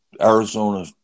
Arizona